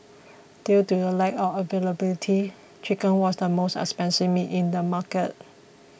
due to the lack of availability chicken was the most expensive meat in the market